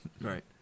Right